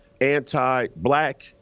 anti-black